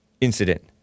incident